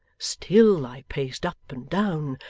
still i paced up and down,